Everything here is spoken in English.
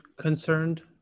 concerned